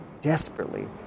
desperately